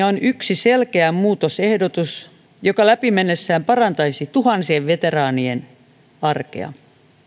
on yksi selkeä muutosehdotus joka läpi mennessään parantaisi tuhansien veteraanien arkea